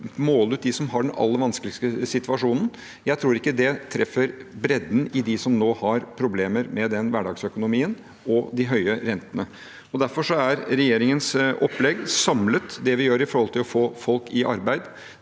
måler ut dem som har den aller vanskeligste situasjonen. Jeg tror ikke det treffer bredden av dem som nå har problemer med hverdagsøkonomien og de høye rentene. Derfor er regjeringens opplegg samlet sett – det vi gjør for å få folk i arbeid,